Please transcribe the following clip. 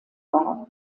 war